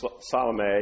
Salome